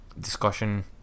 discussion